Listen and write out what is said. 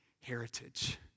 heritage